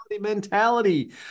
mentality